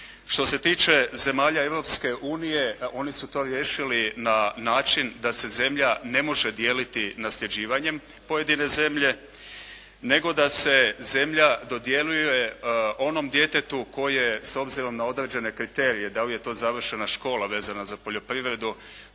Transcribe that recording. Što se tiče zemalja Europske unije oni su to riješili na način da se zemlja ne može dijeliti nasljeđivanjem pojedine zemlje, nego da se zemlja dodjeljuje onom djetetu koje s obzirom na određene kriterije da li je to završena škola vezano za poljoprivredu,